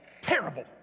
terrible